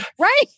Right